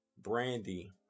Brandy